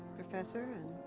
professor and